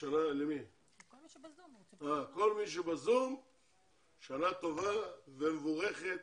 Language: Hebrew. כל מי שבזום שנה טובה ומבורכת.